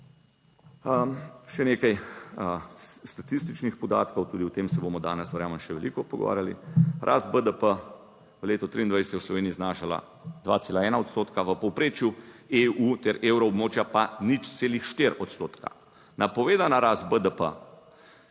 Še nekaj statističnih podatkov, tudi o tem se bomo danes, verjamem, še veliko pogovarjali. Rast BDP v letu 2023 je v Sloveniji znašala 2,1 odstotka, v povprečju EU ter evroobmočja pa 0,4 odstotka. **12. TRAK